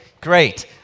great